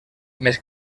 més